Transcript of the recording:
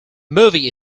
movie